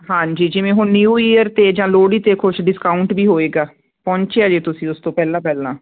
ਹਾਂਜੀ ਜਿਵੇਂ ਹੁਣ ਨਿਊ ਈਅਰ ਤੇ ਜਾਂ ਲੋੜੀ ਤੇ ਕੁਛ ਡਿਸਕਾਊਂਟ ਵੀ ਹੋਏਗਾ ਪਹੁੰਚਿਆ ਜੇ ਤੁਸੀਂ ਉਸ ਤੋਂ ਪਹਿਲਾਂ ਪਹਿਲਾਂ